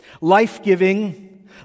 life-giving